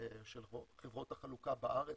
של חברות החלוקה בארץ,